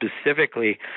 specifically